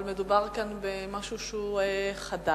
אבל מדובר כאן במשהו שהוא חדש,